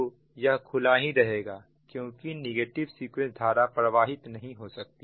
तो यह खुला ही रहेगा क्योंकि नेगेटिव सीक्वेंस धारा प्रवाहित नहीं हो सकती